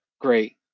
great